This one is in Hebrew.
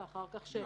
אחר כך שלט.